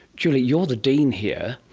julie, you're the dean here,